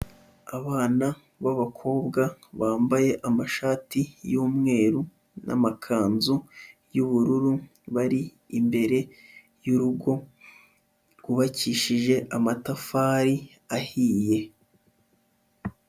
Abana b'abakobwa bambaye amashati y'umweru n'amakanzu y'ubururu, bari imbere y'urugo rwubakishije amatafari ahiye.